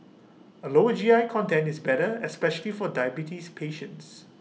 A lower G I content is better especially for diabetes patients